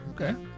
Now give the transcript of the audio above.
Okay